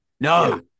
No